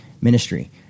ministry